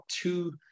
two